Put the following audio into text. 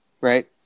Right